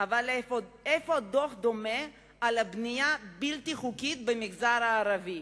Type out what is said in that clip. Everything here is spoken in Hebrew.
אבל איפה יש דוח דומה על הבנייה הבלתי-חוקית במגזר הערבי?